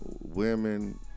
women